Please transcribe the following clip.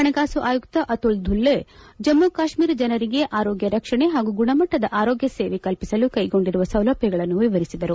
ಪಣಕಾಸು ಆಯುತ್ತ ಅತುಲ್ ದುಲ್ಲೋ ಜಮ್ಮ ಕಾಶ್ಮೀರ ಜನರಿಗೆ ಆರೋಗ್ಯ ರಕ್ಷಣೆ ಹಾಗೂ ಗುಣಮಟ್ಟದ ಆರೋಗ್ಯ ಸೇವೆ ಕಲ್ಪಿಸಲು ಕೈಗೊಂಡಿರುವ ಸೌಲಭ್ಯಗಳನ್ನು ವಿವರಿಸಿದರು